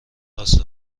راست